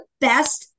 best